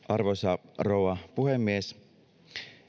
arvoisa rouva puhemies